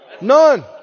None